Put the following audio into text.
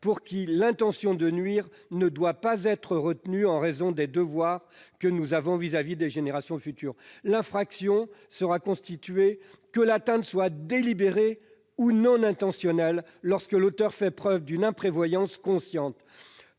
; l'intention de nuire ne doit pas être retenue en raison des devoirs que nous avons vis-à-vis des générations futures. L'infraction serait constituée, que l'atteinte soit délibérée ou non intentionnelle, lorsque l'auteur fait preuve d'une imprévoyance consciente.